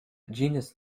genus